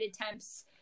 attempts